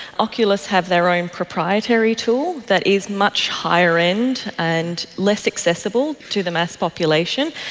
oculus have their own proprietary tool that is much higher-end and less accessible to the mass population.